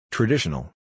Traditional